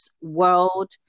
World